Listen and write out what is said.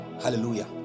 Hallelujah